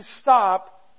stop